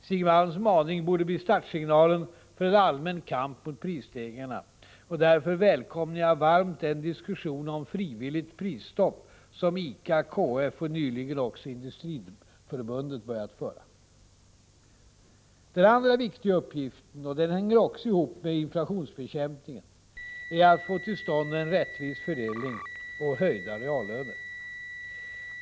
Stig Malms maning borde bli startsignalen för en allmän kamp mot prisstegringarna; därför välkomnar jag varmt den diskussion om ”frivilligt prisstopp” som ICA, KF och nyligen också Industriförbundet börjat föra. Den andra viktiga uppgiften — och den hänger också ihop med inflationsbekämpningen — är att få till stånd en rättvis fördelning och höjda reallöner.